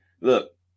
Look